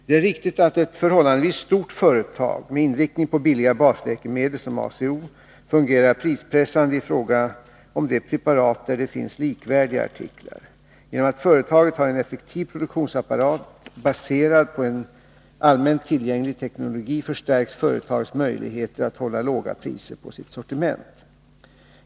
Det är riktigt att ett förhållandevis stort företag med inriktning på billiga basläkemedel som ACO fungerar prispressande i fråga om de preparat bland vilka det finns likvärdiga artiklar. Genom att företaget har en effektiv produktionsapparat baserad på en allmänt tillgänglig teknologi förstärkts företagets möjligheter att hålla låga priser på sitt sortiment.